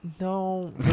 No